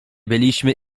byliśmy